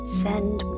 send